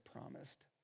promised